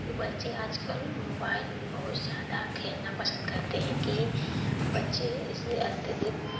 कि बच्चे आजकल मोबाइल में बहुत ज्यादा खेलना पसंद करते हैं कि बच्चे इसे अत्यधिक